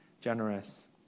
generous